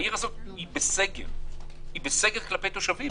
העיר הזאת היא בסגר כלפי תושבים.